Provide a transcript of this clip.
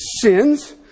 sins